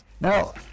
Now